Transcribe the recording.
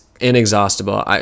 inexhaustible